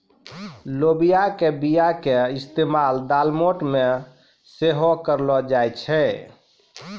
लोबिया के बीया के इस्तेमाल दालमोट मे सेहो करलो जाय छै